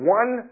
one